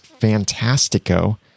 Fantastico